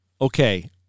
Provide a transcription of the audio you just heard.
Okay